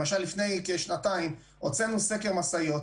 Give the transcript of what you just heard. למשל לפני כשנתיים הוצאנו סקר משאיות,